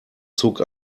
zog